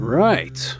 right